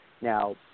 Now